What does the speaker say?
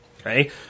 Okay